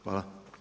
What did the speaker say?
Hvala.